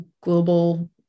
global